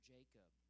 Jacob